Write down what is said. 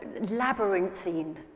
labyrinthine